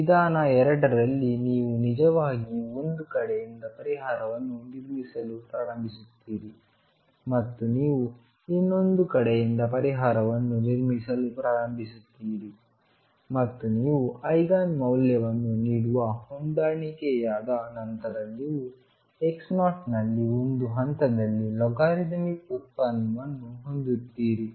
ವಿಧಾನ 2 ರಲ್ಲಿ ನೀವು ನಿಜವಾಗಿಯೂ ಒಂದು ಕಡೆಯಿಂದ ಪರಿಹಾರವನ್ನು ನಿರ್ಮಿಸಲು ಪ್ರಾರಂಭಿಸುತ್ತೀರಿ ಮತ್ತು ನೀವು ಇನ್ನೊಂದು ಕಡೆಯಿಂದ ಪರಿಹಾರವನ್ನು ನಿರ್ಮಿಸಲು ಪ್ರಾರಂಭಿಸುತ್ತೀರಿ ಮತ್ತು ನೀವು ಐಗನ್ ಮೌಲ್ಯವನ್ನು ನೀಡುವ ಹೊಂದಾಣಿಕೆಯಾದ ನಂತರ ನೀವು x0 ನಲ್ಲಿ ಒಂದು ಹಂತದಲ್ಲಿ ಲಾಗರಿಥಮಿಕ್ ಉತ್ಪನ್ನವನ್ನು ಹೊಂದಿಸುತ್ತೀರಿ